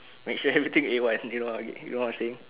make sure everything A one you know you know what I'm saying